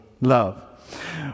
love